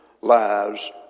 lives